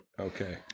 Okay